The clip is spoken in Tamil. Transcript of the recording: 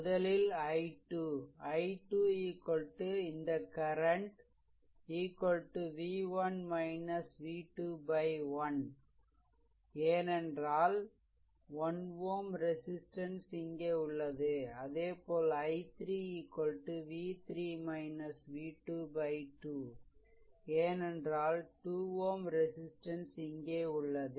முதலில் i 2 i 2 இந்த கரன்ட் v1 v2 1 ஏனென்றால் 1 Ω ரெசிஸ்ட்டன்ஸ் இங்கே உள்ளது அதேபோல் i3 v3 v2 2 ஏனென்றால் 2 Ω ரெசிஸ்ட்டன்ஸ் இங்கே உள்ளது